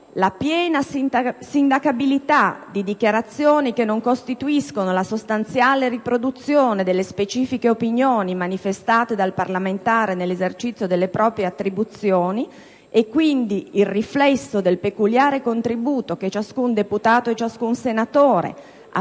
«la piena sindacabilità di dichiarazioni che non costituiscono la sostanziale riproduzione delle specifiche opinioni manifestate dal parlamentare nell'esercizio delle proprie attribuzioni e, quindi, il riflesso del peculiare contributo che ciascun deputato e ciascun senatore apporta